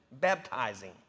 Baptizing